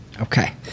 Okay